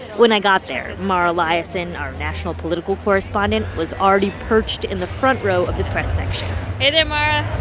when i got there, mara liasson, our national political correspondent was already perched in the front row of the press section hey there, mara